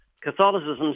Catholicism